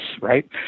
right